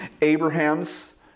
Abraham's